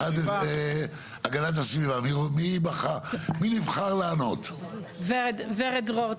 מי נבחר להציג מהמשרד להגנת הסביבה?